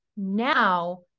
now